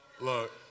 Look